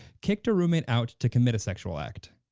kicked a roommate out to commit a sexual act.